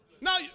Now